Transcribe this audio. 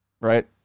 right